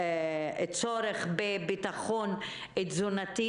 הצורך בביטחון תזונתי.